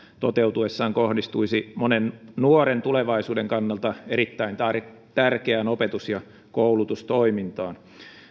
toteutuessaan kohdistuisi monen nuoren tulevaisuuden kannalta erittäin tärkeään opetus ja koulutustoimintaan